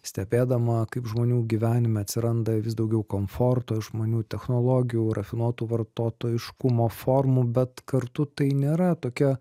stebėdama kaip žmonių gyvenime atsiranda vis daugiau komforto išmanių technologijų rafinuotų vartotojiškumo formų bet kartu tai nėra tokia